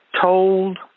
told